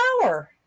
Flower